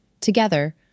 Together